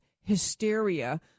hysteria